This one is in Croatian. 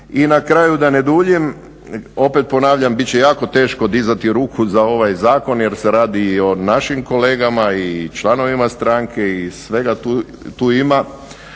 I na kraju da ne duljim, opet ponavljam bit će jako teško dizati ruku za ovaj zakon jer se radi i o našim kolegama i članovima stranke i svega tu ima.